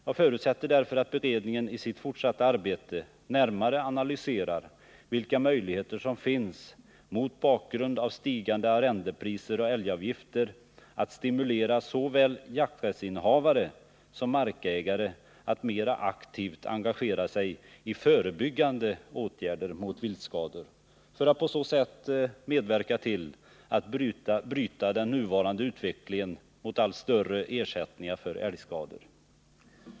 Jag förutsätter därför att beredningen i sitt fortsatta arbete närmare analyserar vilka möjligheter som finns, mot bakgrund av stigande arrendepriser och älgavgifter, att stimulera såväl jakträttsinnehavare som markägare att mer aktivt engagera sig i förebyggande åtgärder mot viltskador för att på så sätt medverka till att bryta den nuvarande utvecklingen mot allt större ersättningar för älgskador.